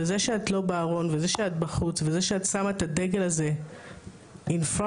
וזה שאת לא בארון וזה שאת בחוץ וזה שאת שמה את הדגל הזה in front